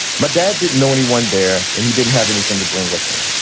my dad didn't know anyone there and he didn't have anything to bring with him.